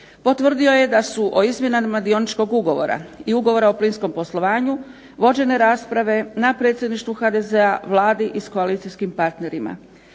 Potvrdio je da su o izmjenama Dioničkog ugovora i Ugovora o plinskom poslovanju vođene rasprave na Predsjedništvu HDZ-a, Vladi i s koalicijski partnerima.